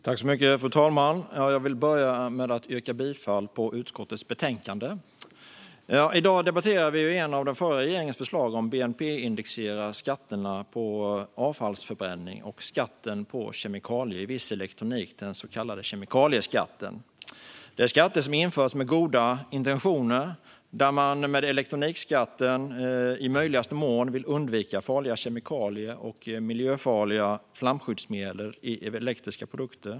Fru talman! Jag vill börja med att yrka bifall till förslaget i utskottets betänkande. I dag debatterar vi ett av den förra regeringens förslag om att bnp-indexera skatterna på avfallsförbränning och skatten på kemikalier i viss elektronik, den så kallade kemikalieskatten. Detta är skatter som infördes med goda intentioner. Med elektronikskatten ville man i möjligaste mån undvika farliga kemikalier och miljöfarliga flamskyddsmedel i elektriska produkter.